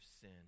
sin